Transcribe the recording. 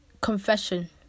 confession